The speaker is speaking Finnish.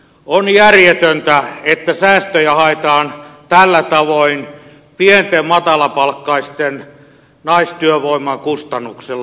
on järjetöntä että säästöjä haetaan tällä tavoin pieni matalapalkkaisen naistyövoiman kustannuksella